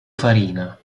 farina